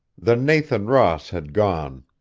the nathan ross had gone.